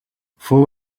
fou